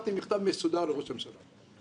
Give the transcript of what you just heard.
כתבתי מכתב מסודר לראש הממשלה,